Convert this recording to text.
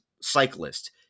cyclist